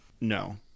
No